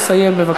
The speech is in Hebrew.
לסיים בבקשה.